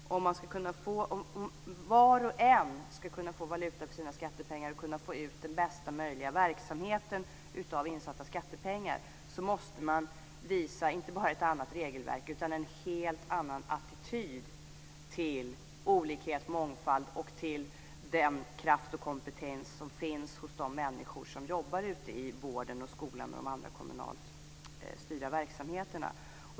Om var och en ska kunna få valuta för sina skattepengar och kunna få ut den bästa möjliga verksamheten av insatta skattepengar, måste man visa inte bara ett annat regelverk utan en helt annan attityd till olikhet, mångfald och till den kraft och kompetens som finns hos de människor som jobbar ute i vården, skolan och de andra kommunalt styrda verksamheterna.